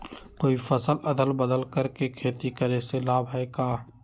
कोई फसल अदल बदल कर के खेती करे से लाभ है का?